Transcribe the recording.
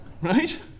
Right